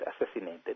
assassinated